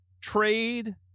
trade